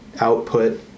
output